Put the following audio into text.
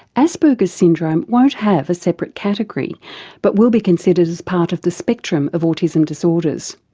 asperger's syndrome won't have a separate category but will be considered as part of the spectrum of autism disorders.